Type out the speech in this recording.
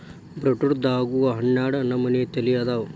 ಬೇಟ್ರೂಟದಾಗು ಹನ್ನಾಡ ನಮನಿ ತಳಿ ಅದಾವ